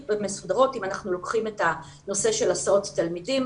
אם אנחנו לוקחים את הנושא של הסעות תלמידים,